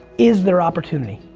is their opportunity.